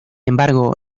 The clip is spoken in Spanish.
embargo